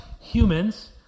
humans